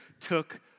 took